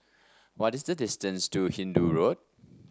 what is the distance to Hindoo Road